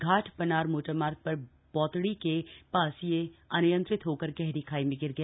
घाट Panar motor मार्ग पर बौतड़ी के पास यह अनियंत्रित होकर गहरी खाई में गिर गया